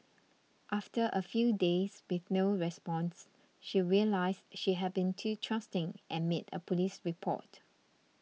after a few days with no response she realised she had been too trusting and made a police report